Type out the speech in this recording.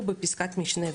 בפסקה הראשונה,